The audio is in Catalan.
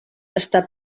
està